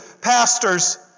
Pastors